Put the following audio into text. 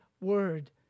Word